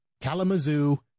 Kalamazoo